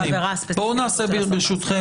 בעבירה הספציפית --- בואו נעשה סבב